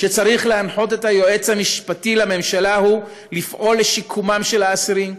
שצריך להנחות את היועץ המשפטי לממשלה הוא לפעול לשיקומם של האסירים,